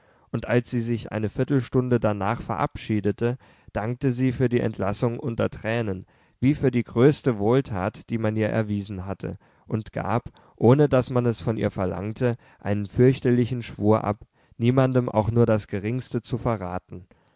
und als sie sich eine viertelstunde danach verabschiedete dankte sie für die entlassung unter tränen wie für die größte wohltat die man ihr erwiesen hatte und gab ohne daß man es von ihr verlangte einen fürchterlichen schwur ab niemandem auch nur das geringste zu verraten